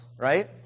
right